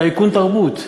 טייקון תרבות.